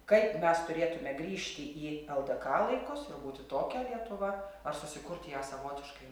kaip mes turėtume grįžti į ldk laikus ir būti tokia lietuva ar susikurti ją savotiškai